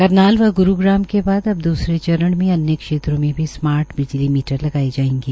करनाल व ग्रूग्राम के बाद अब दूसरे चरण में अन्य क्षेत्रों में भी स्मार्ट बिजली मीटर लगाए जायेंगे